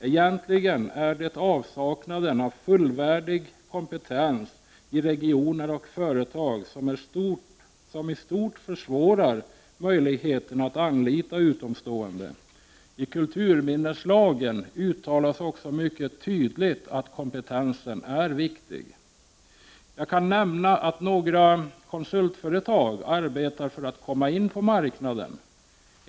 Egentligen är det avsaknaden av fullvärdig kompetens i regioner och företag som i stort försvårar möjligheten att anlita utomstående. I kulturminneslagen uttalas också mycket tydligt att kompetensen är viktig. Jag kan nämna att några konsultföretag arbetar för att komma in på marknaden.